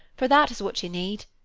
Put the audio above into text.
for that is what you need.